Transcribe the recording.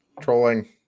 Trolling